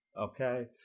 okay